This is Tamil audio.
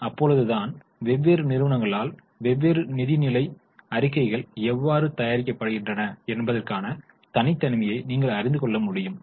அப்பொழுதுதான் வெவ்வேறு நிறுவனங்களால் வெவ்வேறு நிதிநிலை அறிக்கைகள் எவ்வாறு தயாரிக்கப்படுகின்றன என்பதற்கான தனித்தன்மையை நீங்கள் அறிந்து கொள்ள முடியும்